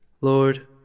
Lord